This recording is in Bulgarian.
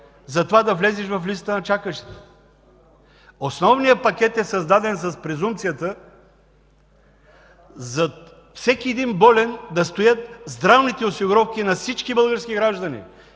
критерии да влезеш в листата на чакащите?! Основният пакет е създаден с презумпцията зад всеки болен да стоят здравните осигуровки на всички български граждани.